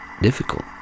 difficult